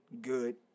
good